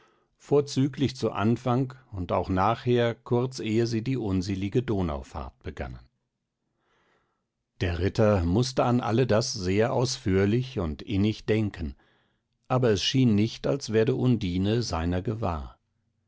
vorzüglich zu anfang und auch nachher kurz ehe sie die unselige donaufahrt begannen der ritter mußte an alle das sehr ausführlich und innig denken aber es schien nicht als werde undine seiner gewahr